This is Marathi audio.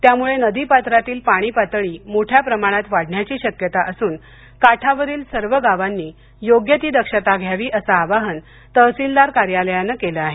त्यामुळे नदीपात्रातील पाणी पातळी मोठ्या प्रमाणात वाढण्याची शक्यता असून काठावरील सर्व गावांनी योग्य ती दक्षता घ्यावी असं आवाहन तहसीलदार कार्यालयानं केलं आहे